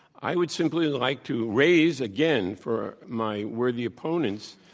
i would simply like to raise again, for my worthy opponents,